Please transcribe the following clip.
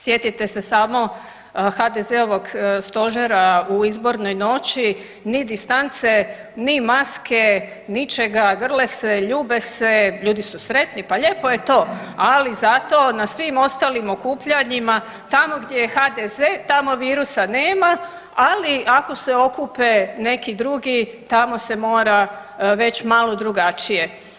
Sjetite se samo HDZ-ovog stožera u izbornoj noći, ni distance, ni maske, ničega, grle se, ljube se, ljudi su sretni, pa lijepo je to, ali zato na svim ostalim okupljanjima, tamo gdje je HDZ tamo virusa nema, ali ako se okupe neki drugi tamo se mora već malo drugačije.